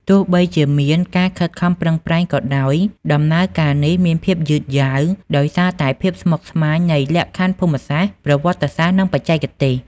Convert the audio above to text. ទោះបីជាមានការខិតខំប្រឹងប្រែងក៏ដោយ ដំណើរការនេះមានភាពយឺតយ៉ាវ ដោយសារតែភាពស្មុគស្មាញនៃលក្ខខណ្ឌភូមិសាស្ត្រ ប្រវត្តិសាស្ត្រ និងបច្ចេកទេស។